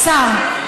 השר,